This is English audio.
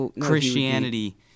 Christianity